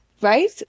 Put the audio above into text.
Right